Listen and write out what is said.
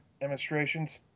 demonstrations